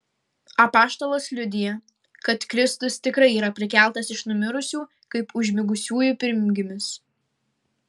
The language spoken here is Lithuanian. apaštalas liudija kad kristus tikrai yra prikeltas iš numirusių kaip užmigusiųjų pirmgimis